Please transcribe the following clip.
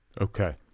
okay